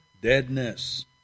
deadness